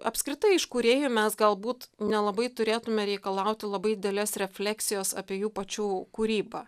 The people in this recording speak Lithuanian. apskritai iš kūrėjų mes galbūt nelabai turėtume reikalauti labai didelės refleksijos apie jų pačių kūrybą